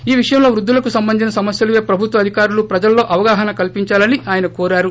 ఈ విషయంలో వృద్యులకు సంబంధించిన సమస్యలపై ప్రభుత్వ అధికారులు ప్రజల్లో అవగాహన కల్పించాలని ఆయన కోరారు